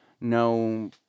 no